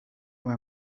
were